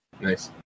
Nice